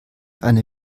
eine